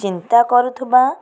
ଚିନ୍ତା କରୁଥିବା